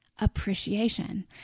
Appreciation